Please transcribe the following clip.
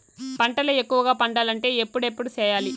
పంటల ఎక్కువగా పండాలంటే ఎప్పుడెప్పుడు సేయాలి?